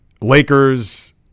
Lakers